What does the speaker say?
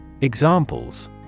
Examples